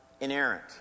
inerrant